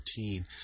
14